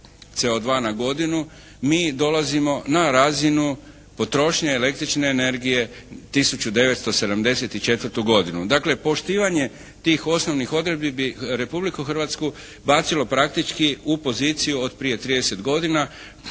CO2 na godinu mi dolazimo na razinu potrošnje električne energije 1974. godinu. Dakle, poštivanje tih osnovnih odredbi bi Republiku Hrvatsku bacilo praktički u poziciju od prije trideset